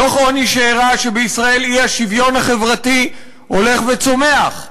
דוח עוני שהראה שבישראל האי-שוויון החברתי הולך וצומח,